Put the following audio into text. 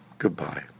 Goodbye